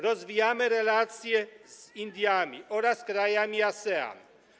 Rozwijamy relacje z Indiami oraz krajami ASEAN.